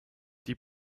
die